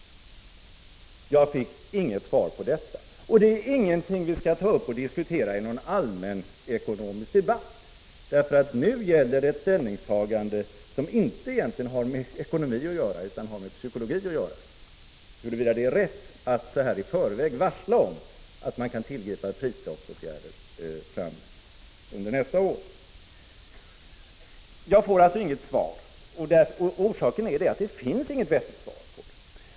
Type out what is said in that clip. Jag fick inget svar på detta. Det är ingenting som vi skall diskutera i någon allmänekonomisk debatt, för nu gäller det ett ställningstagande som egentligen inte har med ekonomi utan med psykologi att göra, huruvida det är rätt att i förväg varsla om att man kan tillgripa prisstoppsåtgärder under nästa år. Jag får alltså inget svar. Orsaken är att det finns inget vettigt svar.